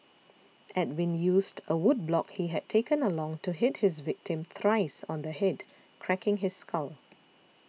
Edwin used a wood block he had taken along to hit his victim thrice on the head cracking his skull